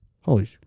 holy